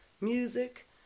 music